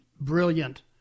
brilliant